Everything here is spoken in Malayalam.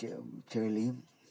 ചെ ചെളിയും